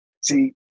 See